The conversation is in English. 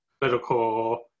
political